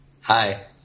Hi